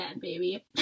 baby